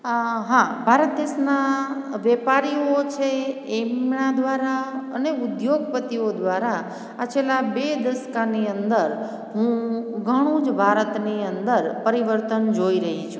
આ હા ભારત દેસના વેપારીઓ છે એમના દ્વારા અને ઉધ્યોગપતિઓ દ્વારા આ છેલા બે દસકાની અંદર હું ઘણું જ ભારતની અંદર પરિવર્તન જોઈ રઈ છું